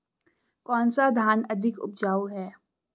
कौन सा धान अधिक उपजाऊ है?